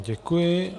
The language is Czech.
Děkuji.